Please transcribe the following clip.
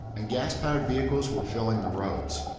and gas-powered vehicles were filling the roads.